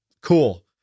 cool